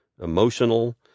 emotional